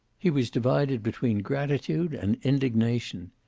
he was divided between gratitude and indignation.